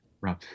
Rob